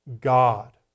God